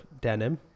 denim